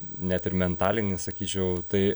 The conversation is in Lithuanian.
net ir mentalinį sakyčiau tai